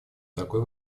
такой